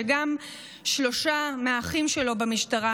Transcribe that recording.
שגם שלושה מהאחים שלו במשטרה,